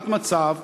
תמונת מצב,